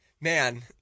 Man